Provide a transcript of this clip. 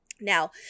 Now